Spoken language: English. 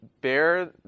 bear